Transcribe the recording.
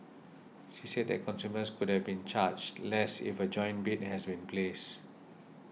she said that consumers could have been charged less if a joint bid has been placed